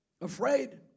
Afraid